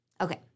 Okay